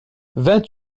vingt